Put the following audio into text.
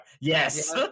Yes